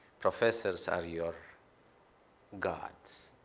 professors are your gods.